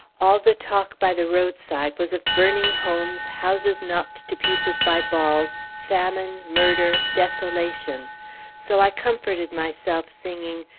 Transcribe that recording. all the talk by the roadside was of burning homes, houses knocked to pieces by balls, famine, murder, desolation so i comforted myself singing,